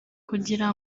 kugira